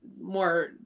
more